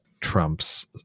Trump's